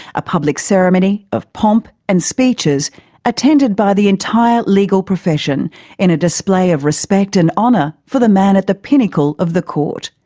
a public ceremony of pomp and speeches attended by the entire legal profession in a display of respect and honour for the man at the pinnacle of the court.